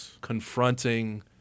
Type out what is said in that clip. confronting